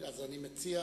אז אני מציע